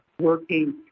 working